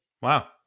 Wow